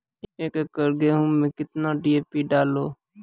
एक एकरऽ गेहूँ मैं कितना डी.ए.पी डालो?